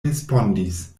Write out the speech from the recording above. respondis